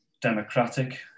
Democratic